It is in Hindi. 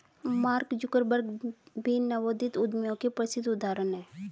मार्क जुकरबर्ग भी नवोदित उद्यमियों के प्रसिद्ध उदाहरण हैं